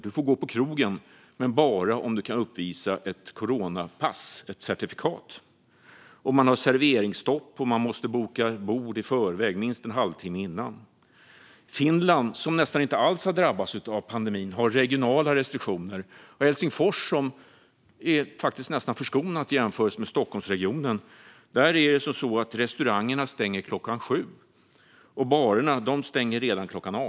Man får gå på krogen, men bara om man kan uppvisa ett coronapass - ett certifikat. Man har serveringsstopp, och bord måste bokas i förväg - minst en halvtimme innan. Finland, som nästan inte alls har drabbats av pandemin, har regionala restriktioner. Och i Helsingfors, som faktiskt är nästan förskonat jämfört med Stockholmsregionen, stänger restaurangerna klockan sju. Och barerna stänger redan klockan sex.